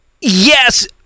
Yes